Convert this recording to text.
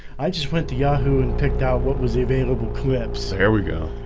i just went to yahoo and picked out what was available clips there we go,